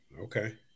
Okay